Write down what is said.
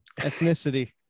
Ethnicity